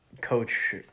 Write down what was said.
coach